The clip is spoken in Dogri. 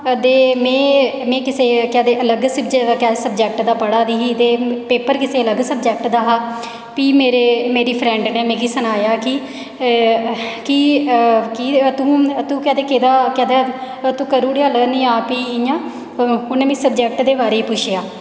ते में किसे केह् आखदे अलग सब्जैक्ट दा पढ़ा दी ही ते पेपर किसे अलग सब्जैक्ट दा हा फ्ही मेरी फ्रैंड नै मिगी सनाया कि तूं केह् आखदे तूं करी ओड़ेआ लर्न जां फ्ही इ'यां उन्नै मिगी सब्जैक्ट दे बारे च पुच्छेआ